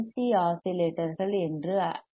C ஆஸிலேட்டர்கள் என்று அழைக்கப்படுகிறது